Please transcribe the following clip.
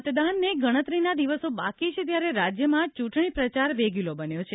મતદાનને ગણતરીના દિવસો બાકી છે ત્યારે રાજ્યમાં ચૂંટણી પ્રચાર વેગીલો બન્યો છે